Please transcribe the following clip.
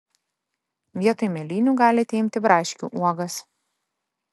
vietoj mėlynių galite imti braškių uogas